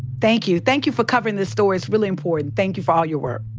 thank you. thank you for covering this story. it's really important. thank you for all your work.